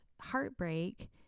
heartbreak